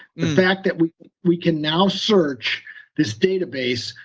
fact that we we can now search this database,